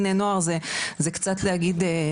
בני נוער זה קצת לחטא,